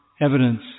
evidence